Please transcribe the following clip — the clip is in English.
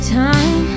time